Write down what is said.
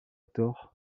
tort